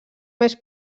més